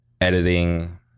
editing